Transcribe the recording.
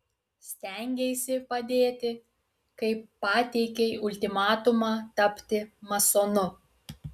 stengeisi padėti kai pateikei ultimatumą tapti masonu